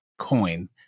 coin